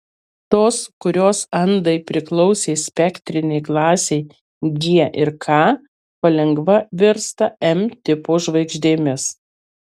tos kurios andai priklausė spektrinei klasei g ir k palengva virsta m tipo žvaigždėmis